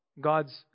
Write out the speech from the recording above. God's